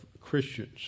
Christians